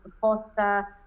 foster